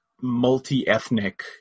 multi-ethnic